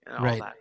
Right